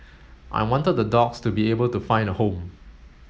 I wanted the dogs to be able to find a home